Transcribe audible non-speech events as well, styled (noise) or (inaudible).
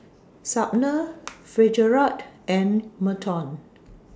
Sumner (noise) Fitzgerald and Merton